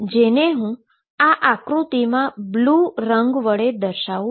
જેને હું આ આક્રુતિમાં બ્લુ રંગ વડે દર્શાવું છું